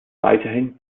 weiterhin